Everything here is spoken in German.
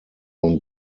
und